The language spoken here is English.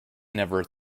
never